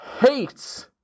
hates